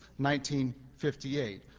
1958